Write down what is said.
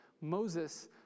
Moses